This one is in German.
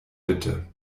bitte